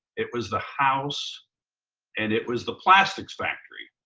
it was the house and it was the plastics factory.